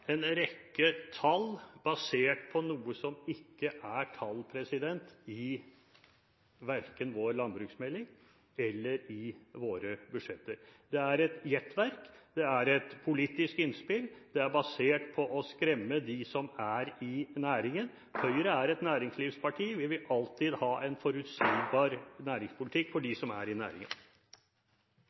en rekke tall basert på noe som ikke er tall verken i vår landbruksmelding eller i våre budsjetter. Det er et gjettverk, det er et politisk innspill, det er basert på å skremme de som er i næringen. Høyre er et næringslivsparti, og vi vil alltid ha en forutsigbar næringspolitikk for dem som er i næringen.